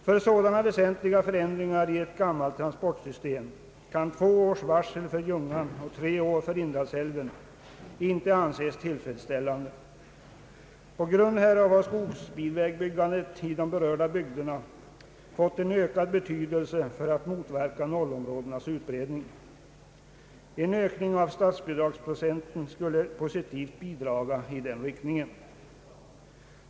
För sådana väsentliga förändringar i ett gammalt transportsystem kan två års varsel för Ljungan och tre år för Indalsälven icke anses tillfredsställande. På grund härav har skogsbilvägbyggandet i de berörda områdena fått en ökad betydelse för att motverka nollområdenas utbredning. En ökning av statsbidragsandelen skulle positivt bidraga i den riktningen.